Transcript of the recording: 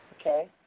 Okay